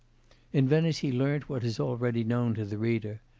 in venice he learnt what is already known to the reader,